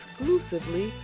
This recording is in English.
Exclusively